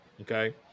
Okay